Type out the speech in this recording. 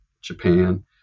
Japan